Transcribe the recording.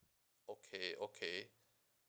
okay okay